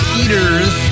eaters